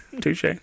Touche